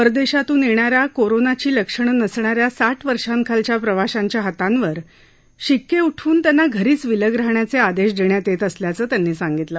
परदेशातून येणाऱ्या कोरोनाची लक्षणं नसणाऱ्या साठ वर्षाखालच्या प्रवाशांच्या हातांवर शिक्के उठवून त्यांना घरीच विलग राहण्याचे आदेश देण्यात येत असल्याचं त्यांनी सांगितलं